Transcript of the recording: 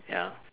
ya